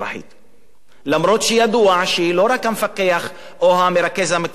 אף שידוע שלא רק המפקח או מרכז המקצוע הוא שמאשר.